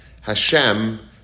Hashem